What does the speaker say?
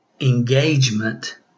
engagement